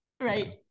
right